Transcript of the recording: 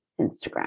Instagram